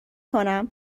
کنم